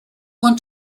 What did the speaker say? want